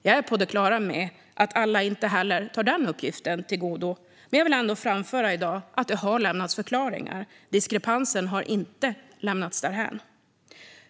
Jag är på det klara med att inte alla godtar den uppgiften, men jag vill ändå framhålla att det har lämnats förklaringar. Diskrepansen har inte lämnats därhän.